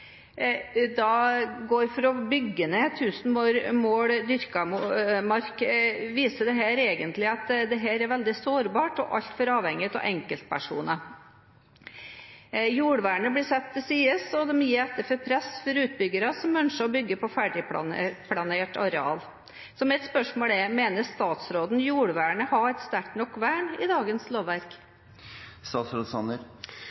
går inn for å bygge ned 1 000 mål dyrket mark, viser det at dette egentlig er veldig sårbart og altfor avhengig av enkeltpersoner. Jordvernet blir satt til side, og det gis etter for press fra utbyggere som ønsker å bygge på ferdigplanert areal. Så mitt spørsmål er: Mener statsråden at jordvernet har et sterkt nok vern i dagens